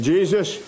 Jesus